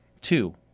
Two